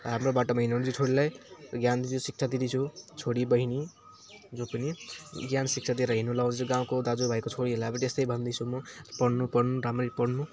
राम्रो बाटोमा हिँड्योभने चाहिँ छोरीलाई ज्ञान दिँदैछु शिक्षा दिँदैछु छोरी बहिनी जो पनि ज्ञान शिक्षा दिएर हिँडनु लाउँदैछु गाउँको दाजुभाइको छोरीहरूलाई पनि यस्तै भन्दैछु म पढ्नु पढ्नु रामरी पढ्नु